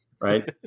right